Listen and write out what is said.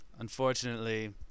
Unfortunately